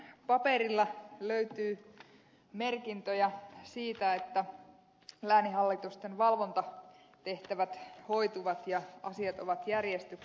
paperilla löytyy merkintöjä siitä että lääninhallitusten valvontatehtävät hoituvat ja asiat ovat järjestyksessä